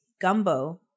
Gumbo